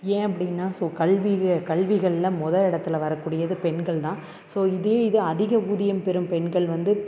ஏன் அப்படின்னா ஸோ கல்வியை கல்விகளில் மொதல் இடத்துல வரக்கூடியது பெண்கள்தான் ஸோ இதே இதை அதிக ஊதியம் பெறும் பெண்கள் வந்து